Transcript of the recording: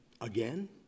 Again